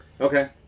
Okay